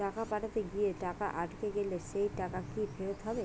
টাকা পাঠাতে গিয়ে টাকা আটকে গেলে সেই টাকা কি ফেরত হবে?